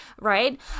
right